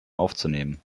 aufzunehmen